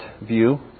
view